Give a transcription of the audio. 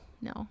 No